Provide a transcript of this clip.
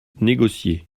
négocier